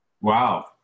Wow